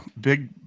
big